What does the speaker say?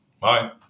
Bye